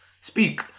Speak